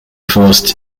faust